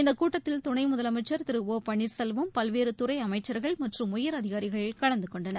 இந்த கூட்டத்தில் துணை முதலமைச்சர் திரு ஓ பன்னீர்செல்வம் பல்வேறு துறை அமைச்சர்கள் மற்றும் உயரதிகாரிகள் கலந்து கொண்டனர்